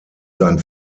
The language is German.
sein